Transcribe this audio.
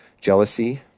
Jealousy